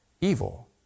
evil